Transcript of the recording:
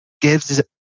gives